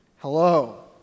Hello